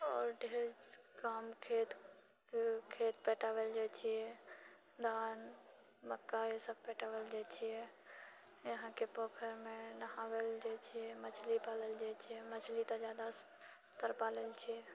आओर ढेर काम खेत खेत पटाबैले जाइ छिऐ धान मक्का ई सभ पटाबैले जाइ छिऐ यहाँके पोखरिमे नहावैले जाइ छिऐ मछली पालैले जाइ छिऐ मछली तऽ जादातर पालै छिऐ